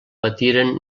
patiren